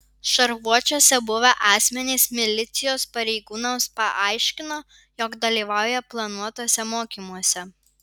šarvuočiuose buvę asmenys milicijos pareigūnams paaiškino jog dalyvauja planuotuose mokymuose